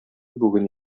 бүген